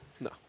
No